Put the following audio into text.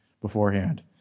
beforehand